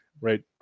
right